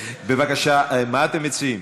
בבקשה, מה אתם מציעים?